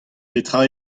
petra